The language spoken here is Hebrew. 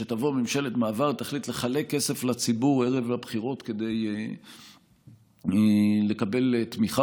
שתבוא ממשלת מעבר ותחליט לחלק כסף לציבור ערב הבחירות כדי לקבל תמיכה,